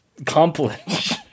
Accomplish